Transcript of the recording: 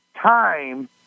time